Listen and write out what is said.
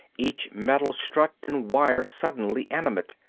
each metal strut and wire suddenly animate,